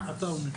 עטאונה.